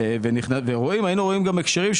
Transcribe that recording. היינו רואים גם הקשרים,